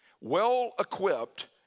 well-equipped